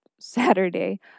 Saturday